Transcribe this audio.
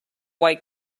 white